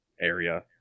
area